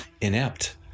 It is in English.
inept